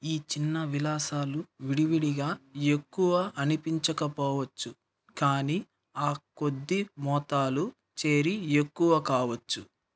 ఈ చిన్న విలాసాలు విడివిడిగా ఎక్కువ అనిపించకపోవచ్చు కానీ ఆ కొద్ది మోతాదు చేరి ఎక్కువ కావచ్చు